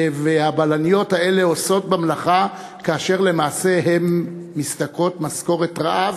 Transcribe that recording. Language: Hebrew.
והבלניות האלה עושות במלאכה כאשר למעשה הן משתכרות משכורת רעב,